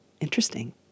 Interesting